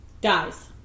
dies